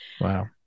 Wow